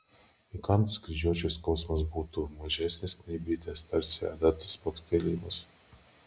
įkandus kryžiuočiui skausmas būtų mažesnis nei bitės tarsi adatos bakstelėjimas